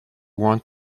want